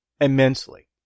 immensely